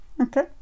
okay